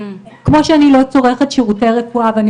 כמו שאני לא צורכת שירותי רפואה ואני